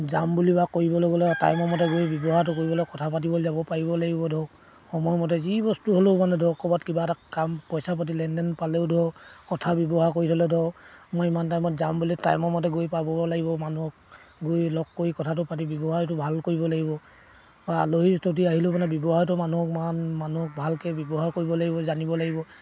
যাম বুলি বা কৰিবলৈ গ'লে টাইমৰ মতে গৈ ব্যৱহাৰটো কৰিবলৈ কথা পাতিবলৈ যাব পাৰিব লাগিব ধৰক সময়মতে যি বস্তু হ'লেও মানে ধৰক ক'ৰবাত কিবা এটা কাম পইচা পাতি লেনদেন পালেও ধৰক কথা ব্যৱহাৰ কৰি থ'লে ধৰক মই ইমান টাইমত যাম বুলি টাইমৰ মতে গৈ পাব লাগিব মানুহক গৈ লগ কৰি কথাটো পাতি ব্যৱহাৰটো ভাল কৰিব লাগিব বা আলহী যদি আহিলেও মানে ব্যৱহাৰটো মানুহক মান মানুহক ভালকৈ ব্যৱহাৰ কৰিব লাগিব জানিব লাগিব